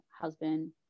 husband